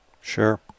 Sure